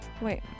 Wait